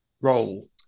roll